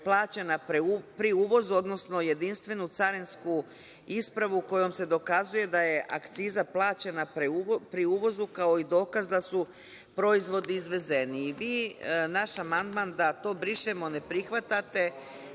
plaćena pri uvozu, odnosno jedinstvenu carinsku ispravu kojom se dokazuje da je akciza plaćena pri uvozu, kao i dokaz da su proizvodi izvezeni. Vi naš amandman da to brišemo ne prihvatate